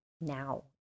now